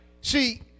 See